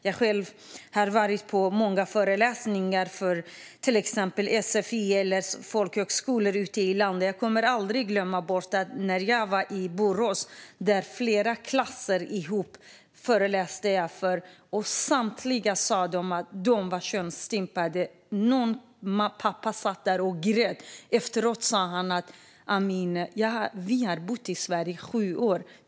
Jag har själv varit på många föreläsningar inom till exempel sfi eller på folkhögskolor ute i landet. Jag kommer aldrig att glömma när jag var i Borås och föreläste för flera klasser tillsammans. Samtliga sa att de var könsstympade. En pappa satt också där och grät. Efteråt sa han: "Amineh, vi har bott i Sverige i sju år.